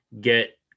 get